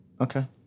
Okay